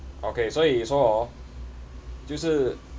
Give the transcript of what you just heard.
okay 所以说 hor 就是